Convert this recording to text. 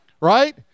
Right